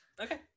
okay